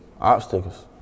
obstacles